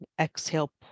Exhale